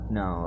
no